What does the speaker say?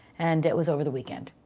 and it was over the weekend.